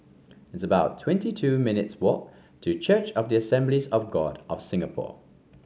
it's about twenty two minutes' walk to Church of the Assemblies of God of Singapore